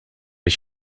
ich